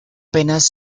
penas